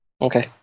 Okay